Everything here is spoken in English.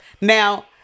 now